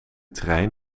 trein